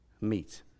meet